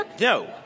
No